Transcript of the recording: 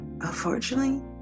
unfortunately